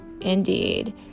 Indeed